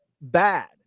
bad